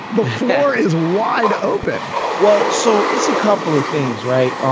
the floor is wide open wall so it's a couple of things, right?